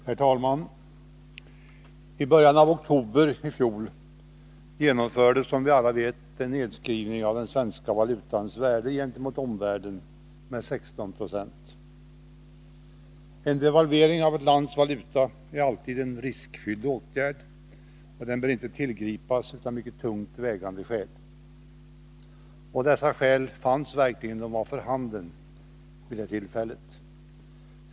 Herr talman! I början av oktober i fjol genomfördes, som vi alla vet, en nedskrivning av den svenska valutans värde gentemot omvärlden med 16 9. En devalvering av ett lands valuta är alltid en riskfylld åtgärd, som inte bör tillgripas om inte mycket tungt vägande skäl föreligger. Sådana skäl var verkligen för handen vid det tillfället.